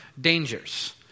dangers